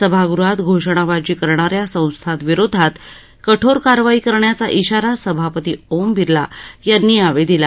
सभागृहात घोषणाबाजी करणा या संस्थांविरोधात कठोर कारवाई करण्याचा इशारा सभापती ओम बिर्ला यांनी यावेळी दिला